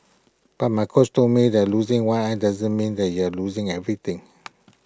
but my coach told me that losing one eye doesn't mean that you have losing everything